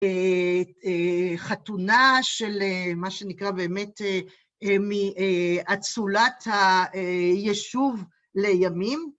חתונה של מה שנקרא באמת מאצולת הישוב לימים.